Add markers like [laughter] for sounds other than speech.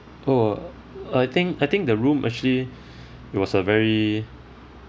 oh I think I think the room actually [breath] it was a very